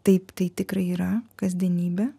taip tai tikrai yra kasdienybė